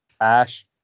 Ash